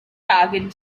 target